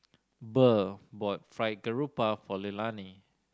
Burr bought Fried Garoupa for Leilani